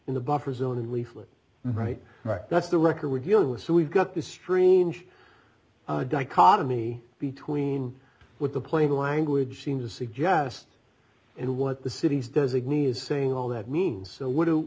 leaflets right right that's the record we're dealing with so we've got this strange dichotomy between what the plain language seems to suggest and what the city's designee is saying all that means so what do